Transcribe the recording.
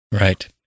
Right